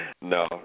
No